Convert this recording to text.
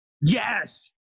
Yes